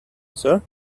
sir